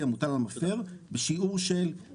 המוטל על המפר בשיעור של (סוף קריאה).